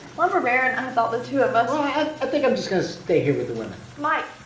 lumber baron, i thought the two of us i um think i'm just gonna stay here with the women. mike,